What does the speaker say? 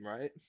right